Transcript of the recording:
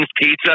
pizza